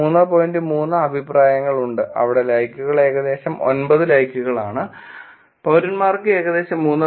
3 അഭിപ്രായങ്ങൾ ഉണ്ട് അവിടെ ലൈക്കുകൾ ഏകദേശം 9 ലൈക്കുകൾ ഉള്ളതിനാൽ പൌരന്മാർക്ക് ഏകദേശം 3